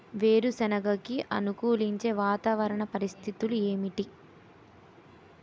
వేరుసెనగ కి అనుకూలించే వాతావరణ పరిస్థితులు ఏమిటి?